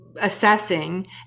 assessing